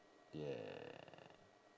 yeah